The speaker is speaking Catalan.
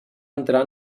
entrar